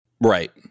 Right